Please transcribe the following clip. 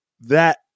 that-